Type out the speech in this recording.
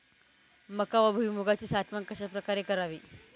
मका व भुईमूगाची साठवण कशाप्रकारे करावी?